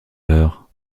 heures